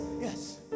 Yes